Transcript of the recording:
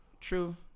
True